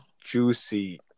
juicy